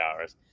hours